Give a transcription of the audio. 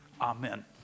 Amen